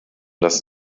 das